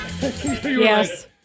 Yes